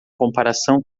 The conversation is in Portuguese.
comparação